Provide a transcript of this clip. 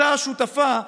אותה השותפה,